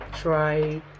try